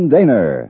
Daner